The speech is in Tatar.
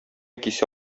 кисә